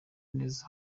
neza